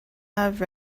have